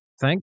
thank